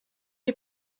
die